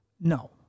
No